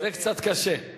זה קצת קשה.